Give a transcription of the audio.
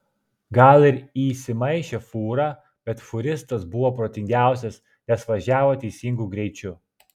gal ir įsimaišė fūra bet fūristas buvo protingiausias nes važiavo teisingu greičiu